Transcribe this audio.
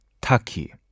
Taki